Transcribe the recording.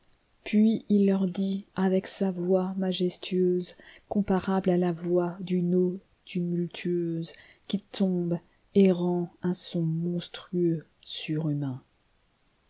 puis il leur dit avec sa voix majestueuse comparable à la voix d'une eau tumultueusequi tombe et rend un son monstrueux surhumain